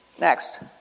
Next